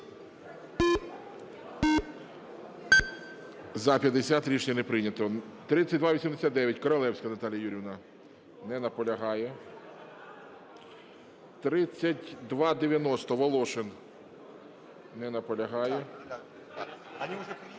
За-50 Рішення не прийнято. 3289, Королевська Наталія Юріївна. Не наполягає. 3290, Волошин. Не наполягає